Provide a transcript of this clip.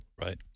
right